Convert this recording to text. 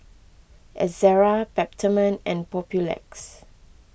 Ezerra Peptamen and Papulex